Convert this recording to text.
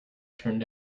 turned